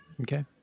Okay